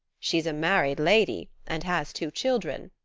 she's a married lady, and has two children.